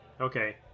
okay